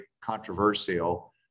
controversial